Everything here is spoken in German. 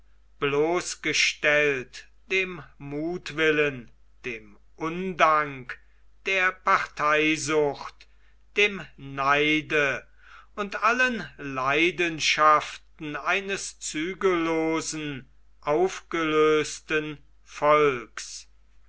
bloßgestellt dem muthwillen dem undank der parteisucht dem neide und allen leidenschaften eines zügellosen aufgelösten volks